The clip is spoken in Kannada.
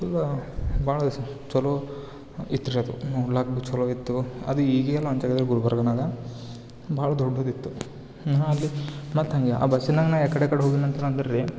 ಫುಲ್ಲಾ ಭಾಳ ಚಲೋ ಇತ್ರಿ ಅದು ನೋಡೋಕು ಚಲೋ ಇತ್ತು ಅದೀಯಿಗೆಲ್ಲಾ ಅಂತ್ಹೇಳಿದ್ರೆ ಗುಲ್ಬರ್ಗಾದಾಗ ಭಾಳ ದೊಡ್ಡದಿತ್ತು ನಾ ಆಗಲಿ ಮತ್ತು ಹಂಗೆ ಆ ಬಸ್ಸಿನಾಗೆ ಯಾಕಡೆ ಯಾಕಡೆ ಹೋಗಿ ನಂತೇಳಿ ಅಂದರ್ ರಿ